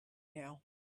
now